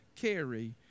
carry